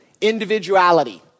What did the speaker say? individuality